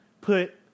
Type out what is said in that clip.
put